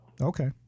Okay